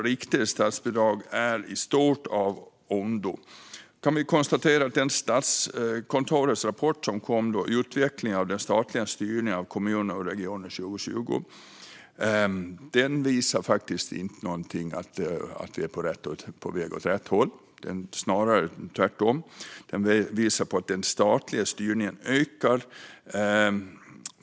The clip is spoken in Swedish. Riktade statsbidrag är alltså i stort av ondo. Vi kan konstatera att Statskontorets rapport Utveckling av den statliga styrningen av kommuner och regioner 2020 faktiskt inte visar att vi är på väg åt rätt håll, snarare tvärtom. Den visar att den statliga styrningen ökar.